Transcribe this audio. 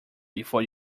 before